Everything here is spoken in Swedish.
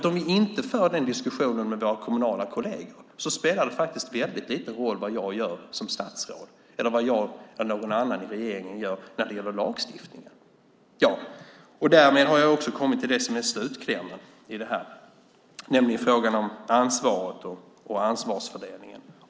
Om ni inte för den diskussionen med era kommunala kolleger spelar det faktiskt väldigt liten roll vad jag gör som statsråd eller vad någon annan i regeringen gör när det gäller lagstiftning. Därmed har jag också kommit till det som är slutklämmen i det här, nämligen frågan om ansvaret och ansvarsfördelningen.